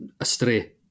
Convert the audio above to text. astray